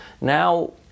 Now